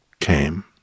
came